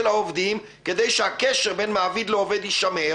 העובדים כדי שהקשר בין מעביד לעובד יישמר.